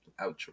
Outro